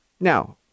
Now